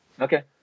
Okay